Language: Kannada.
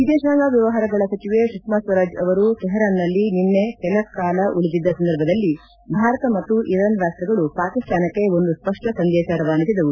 ವಿದೇಶಾಂಗ ವ್ಯವಹಾರಗಳ ಸಚಿವೆ ಸುಷ್ನಾ ಸ್ವರಾಜ್ ಅವರು ತೆಹರಾನ್ ನಲ್ಲಿ ನಿನ್ನೆ ಕೆಲ ಕಾಲ ಉಳಿದಿದ್ದ ಸಂದರ್ಭದಲ್ಲಿ ಭಾರತ ಮತ್ತು ಇರಾನ್ ರಾಷ್ಟಗಳು ಪಾಕಿಸ್ತಾನಕ್ಕೆ ಒಂದು ಸ್ಪಷ್ಟ ಸಂದೇಶ ರವಾನಿಸಿದವು